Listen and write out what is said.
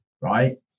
right